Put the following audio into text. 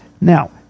Now